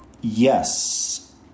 Yes